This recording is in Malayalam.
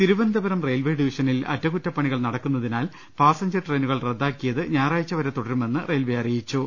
തിരുവനന്തപുരം റെയിൽവെ ഡിപ്പിഷനിൽ അറ്റകുറ്റപ്പണികൾ നടക്കുന്നതിനാൽ പാസഞ്ചർ ട്രെയിനുകൾ റദ്ദാക്കിയത് ഞായറാ ഴ്ചവരെ തുടരുമെന്ന് റെയിൽവെ അറിയിച്ചു